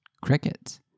crickets